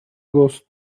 ghost